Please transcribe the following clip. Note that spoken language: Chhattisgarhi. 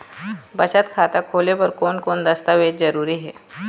बचत खाता खोले बर कोन कोन दस्तावेज जरूरी हे?